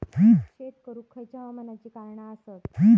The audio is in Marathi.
शेत करुक खयच्या हवामानाची कारणा आसत?